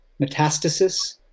metastasis